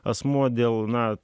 asmuo dėl na